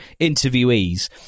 interviewees